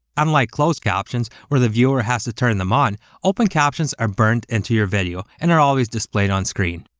unlike closed captions, where the viewer has to turn them on, open captions are burned into your video, and are always displayed on screen.